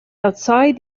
outside